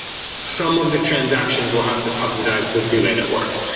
some of the transactions will have to subsidize the relay network.